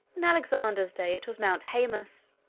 in alexander's day it was mount haemus.